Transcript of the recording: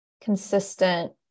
consistent